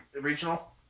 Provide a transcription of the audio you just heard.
regional